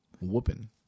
whooping